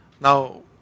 Now